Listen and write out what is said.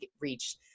reach